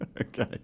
Okay